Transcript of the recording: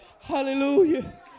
Hallelujah